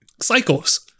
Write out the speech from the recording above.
cycles